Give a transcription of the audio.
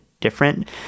different